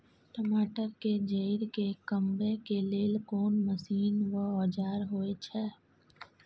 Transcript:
टमाटर के जईर के कमबै के लेल कोन मसीन व औजार होय छै?